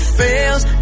fails